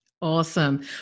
Awesome